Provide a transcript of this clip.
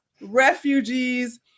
refugees